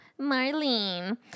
Marlene